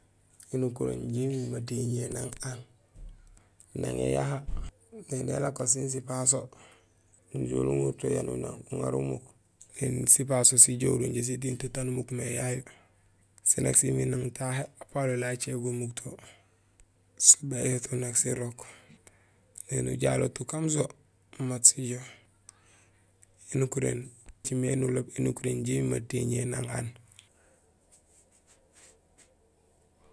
Ēnukuréén injé mumuur matéñiyé nang aan; nang éyaha, éni éléko sén sipaso miin ujool uŋaar to yanuur uŋaar umuk, éni sipaso sijahorul jaraam sitiiŋ to taan umuk mé yayu, sén nak simiir nang tahé apaloli acé gumugé to; so béyuhoto nak sirok, éni ujaloot ukaam so mat sijoow. Ēnukuréén; écimé nurok énukuréén sinjé émi matéñiyé.